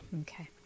Okay